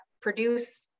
produce